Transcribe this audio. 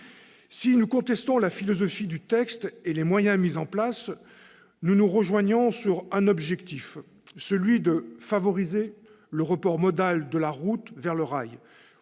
Si nous contestons la philosophie du texte et les moyens préconisés, nous vous rejoignons sur un objectif : celui de favoriser le report modal de la route vers le rail,